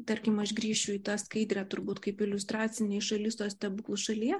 tarkim aš grįšiu į tą skaidrę turbūt kaip iliustracinė iš alisos stebuklų šalyje